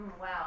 wow